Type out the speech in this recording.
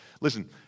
Listen